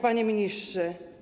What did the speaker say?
Panie Ministrze!